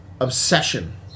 obsession